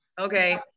Okay